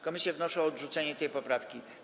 Komisje wnoszą o odrzucenie tej poprawki.